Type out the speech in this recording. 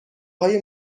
های